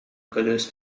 gelöst